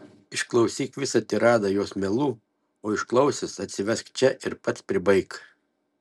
išklausyk visą tiradą jos melų o išklausęs atsivesk čia ir pats pribaik